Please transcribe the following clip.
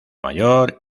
mayor